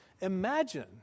Imagine